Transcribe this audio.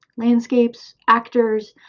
landscapes, actors,